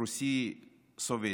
רוסי סובייטי,